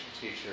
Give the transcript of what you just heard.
teacher